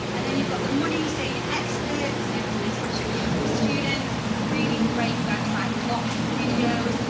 and then you've got the money saving experts, and forward slash students, really great website, lots of videos,